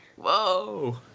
Whoa